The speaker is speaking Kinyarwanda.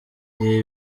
ibi